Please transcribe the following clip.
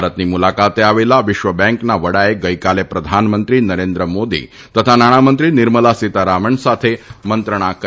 ભારતની મુલાકાતે આવેલા વિશ્વ બેંકના વડાએ ગઇકાલે પ્રધાનમંત્રી નરેન્દ્રમોદી તથા નાણામંત્રી નિર્મલા સીતારામન સાથે મંત્રણા કરી હતી